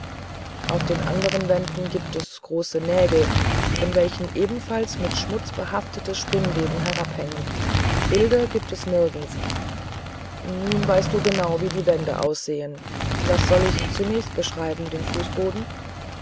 an den anderen wänden gibt es große nägel von welchen ebenfalls mit schmutz behaftete spinnweben herabhängen bilder aber nirgends nun weißt du genau wie die wände aussehen was soll ich zunächst beschreiben denfußboden